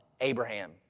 Abraham